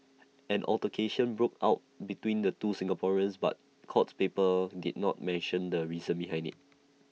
an altercation broke out between the two Singaporeans but court papers did not mention the reason behind IT